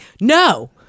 no